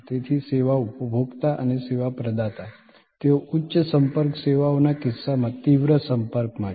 તેથી સેવા ઉપભોક્તા અને સેવા પ્રદાતા તેઓ ઉચ્ચ સંપર્ક સેવાઓના કિસ્સામાં તીવ્ર સંપર્કમાં છે